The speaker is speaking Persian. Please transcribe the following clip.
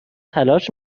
تلاش